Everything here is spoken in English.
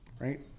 right